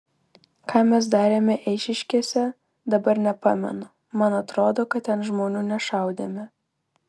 ką mes darėme eišiškėse dabar nepamenu man atrodo kad ten žmonių nešaudėme